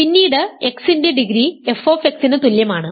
എന്നാൽ പിന്നീട് x ന്റെ ഡിഗ്രി f ന് തുല്യമാണ്